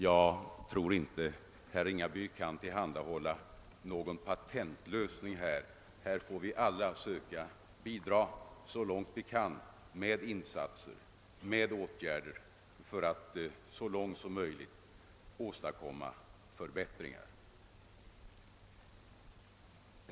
Jag tror inte att herr Ringaby kan tillhandahålla någon patentlösning. Vi måste alla söka bidra med åtgärder: för att så långt möjligt åstadkomma förbättringar.